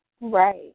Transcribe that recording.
Right